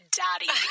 daddy